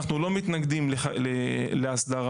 אנחנו לא מתנגדים להסדרה.